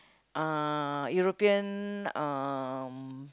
uh European um